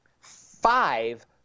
five